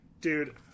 dude